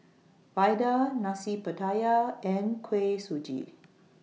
Vadai Nasi Pattaya and Kuih Suji